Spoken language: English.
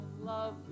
love